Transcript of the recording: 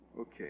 Okay